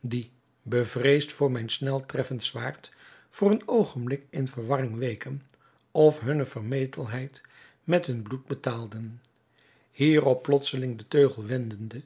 die bevreesd voor mijn snel treffend zwaard voor een oogenblik in verwarring weken of hunne vermetelheid met hun bloed betaalden hierop plotseling den teugel wendende